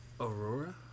Aurora